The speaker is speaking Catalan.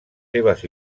seves